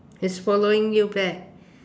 it's following you back